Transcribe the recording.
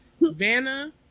Vanna